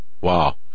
Wow